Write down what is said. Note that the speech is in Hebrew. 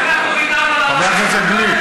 חבר הכנסת גליק,